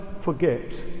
forget